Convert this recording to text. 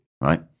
right